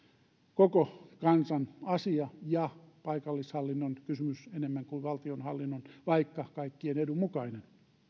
koko kansan asia ja paikallishallinnon kysymys enemmän kuin valtionhallinnon vaikka kaikkien edun mukainen